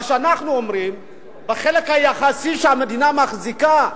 מה שאנחנו אומרים: בחלק היחסי שהמדינה מחזיקה,